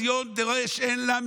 ציון "דורש אין לה,